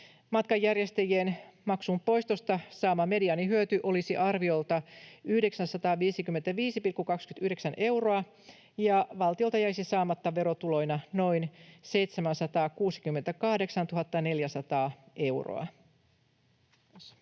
Matkanjärjestäjien maksun poistosta saama mediaanihyöty olisi arviolta 955,29 euroa, ja valtiolta jäisi saamatta verotuloina noin 768 400 euroa. [Speech